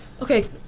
okay